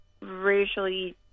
racially